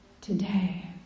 today